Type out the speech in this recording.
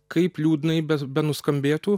kaip liūdnai be benuskambėtų